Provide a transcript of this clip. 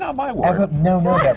um my word! no,